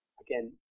again